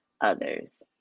others